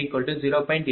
94378 SI30